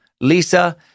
Lisa